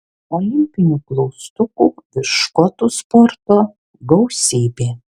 olimpinių klaustukų virš škotų sporto gausybė